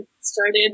started